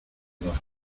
dos